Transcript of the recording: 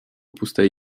pustej